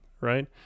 Right